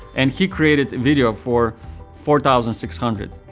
and he created a video for four thousand six hundred